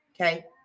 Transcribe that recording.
Okay